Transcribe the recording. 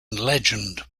legend